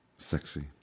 Sexy